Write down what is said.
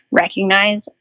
recognize